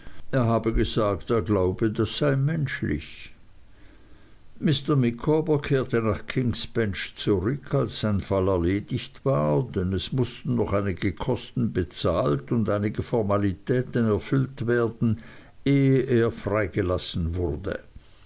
er habe gesagt er glaube das sei menschlich mr micawber kehrte nach kings bench zurück als sein fall erledigt war denn es mußten noch einige kosten bezahlt und einige formalitäten erfüllt werden ehe er freigelassen wurde